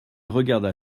regarda